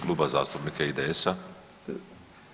Kluba zastupnika IDS-a.